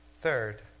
Third